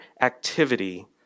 activity